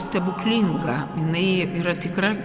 stebuklinga jinai yra tikra